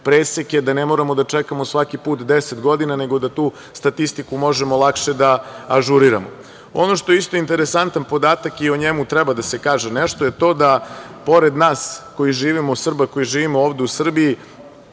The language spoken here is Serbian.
preseke, da ne moramo da čekamo svaki put deset godina, nego da tu statistiku možemo lakše da ažuriramo. Ono što je isto interesantan podata i o njemu treba da se kaže nešto, je to da pored nas koji živimo, Srba koji živimo ovde u Srbiji